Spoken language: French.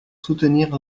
soutenir